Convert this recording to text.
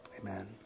amen